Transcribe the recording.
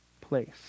place